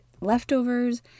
leftovers